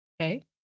Okay